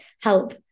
help